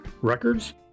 Records